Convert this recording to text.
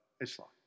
Islam